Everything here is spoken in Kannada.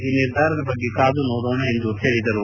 ಈ ನಿರ್ಧಾರದ ಬಗ್ಗೆ ಕಾದು ನೋಡೋಣ ಎಂದು ಹೇಳಿದರು